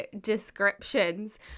descriptions